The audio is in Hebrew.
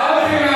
באמת, אני לא